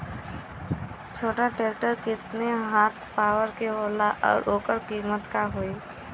छोटा ट्रेक्टर केतने हॉर्सपावर के होला और ओकर कीमत का होई?